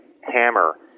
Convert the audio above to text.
hammer